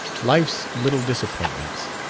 life's little disappointments!